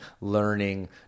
learning